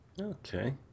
Okay